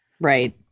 Right